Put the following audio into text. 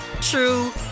true